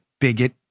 bigot